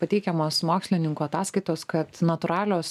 pateikiamos mokslininkų ataskaitos kad natūralios